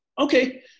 okay